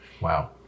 Wow